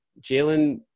Jalen